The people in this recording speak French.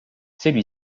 celui